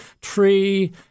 tree